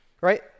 right